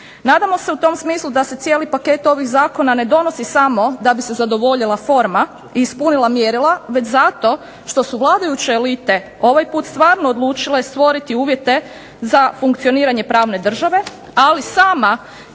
Nadamo se u tom smislu da se cijeli paket ovih zakona ne donosi samo da bi se zadovoljila forma i ispunila mjerila, već zato što su vladajuće elite ovaj put stvarno odlučile stvoriti uvjete za funkcioniranje pravne države, ali sama